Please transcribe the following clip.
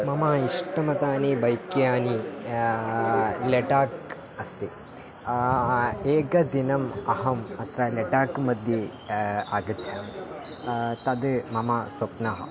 मम इष्टमतानि बैक्यानानि लडाख् अस्ति एकदिनम् अहम् अत्र लडाख्मध्ये आगच्छामि तद् मम स्वप्नः